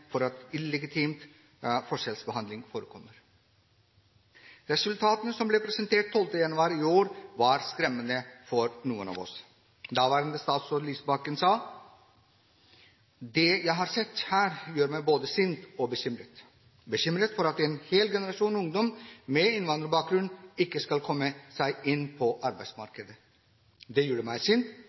for at illegitim forskjellsbehandling forekommer.» Resultatene som ble presentert 12. januar i år, var skremmende for noen av oss. Daværende statsråd Audun Lysbakken sa: «Det jeg har sett her gjør meg både sint og bekymret. Bekymret for at en hel generasjon ungdom med innvandrerbakgrunn ikke skal komme seg inn på arbeidsmarkedet.» Det gjorde også meg sint,